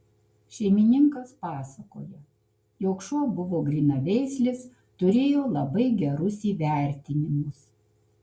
šeimininkas pasakoja jog šuo buvo grynaveislis turėjo labai gerus įvertinimus